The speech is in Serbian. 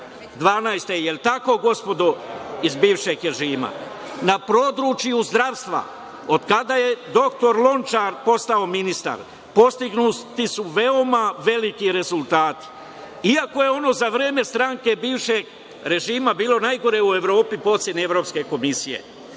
li je tako gospodo iz bivšeg režima? Na području zdravstva od kada je dr Lončar postao ministar, postignuti su veoma veliki rezultati, iako je za vreme stranke bivšeg režima bilo najgore u Evropi po oceni Evropske komisije.